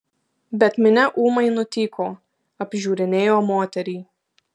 bet minia ūmai nutyko apžiūrinėjo moterį